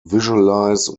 visualize